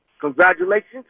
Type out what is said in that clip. congratulations